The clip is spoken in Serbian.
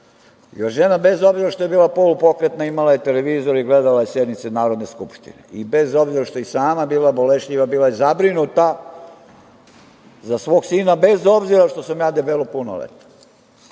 Žena, bez obzira što je bila polupokretna, imala je televizor i gledala je sednice Narodne skupštine, i bez obzira što je i sama bila bolešljiva, bila je zabrinuta za svog sina bez obzira što sam ja debelo punoletan. Mene